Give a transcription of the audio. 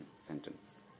sentence